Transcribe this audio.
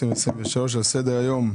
על סדר-היום: